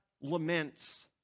laments